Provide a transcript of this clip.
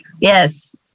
Yes